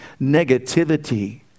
negativity